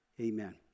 amen